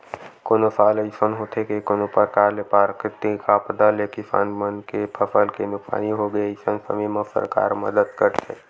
कोनो साल अइसन होथे के कोनो परकार ले प्राकृतिक आपदा ले किसान मन के फसल के नुकसानी होगे अइसन समे म सरकार मदद करथे